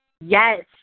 Yes